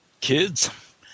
Kids